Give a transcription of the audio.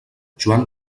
joan